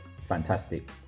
fantastic